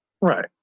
Right